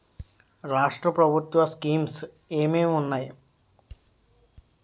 రాష్ట్రం ప్రభుత్వ స్కీమ్స్ ఎం ఎం ఉన్నాయి?